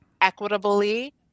equitably